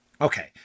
Okay